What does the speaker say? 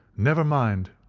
never mind,